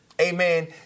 amen